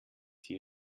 hier